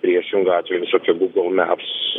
priešingu atveju visokie google maps